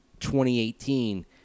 2018